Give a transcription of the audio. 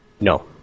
No